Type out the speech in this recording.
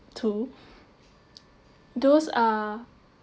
too those are